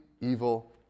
evil